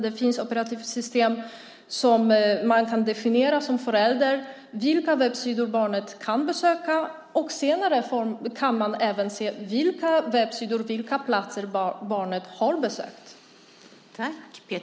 Det finns operativsystem med vars hjälp man som förälder kan bestämma vilka webbsidor barnet ska kunna besöka och senare även se vilka webbsidor barnet har besökt.